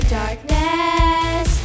darkness